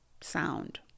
sound